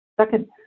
Second